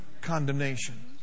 Condemnation